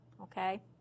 okay